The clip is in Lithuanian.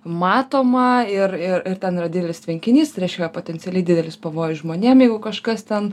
matoma ir ir ir ten yra didelis tvenkinys reiškia potencialiai didelis pavojus žmonėm jeigu kažkas ten